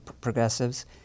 progressives